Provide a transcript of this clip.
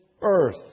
earth